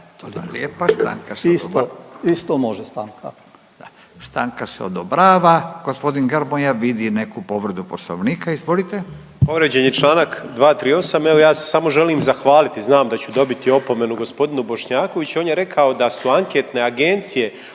…/Upadica Bošnjaković: Isto može stanka./… Stanka se odobrava. Gospodin Grmoja vidi neku povredu Poslovnika. Izvolite. **Grmoja, Nikola (MOST)** Povrijeđen je članak 238. Evo ja se samo želim zahvaliti, znam da ću dobiti opomenu gospodinu Bošnjakoviću. On je rekao da su anketne agencije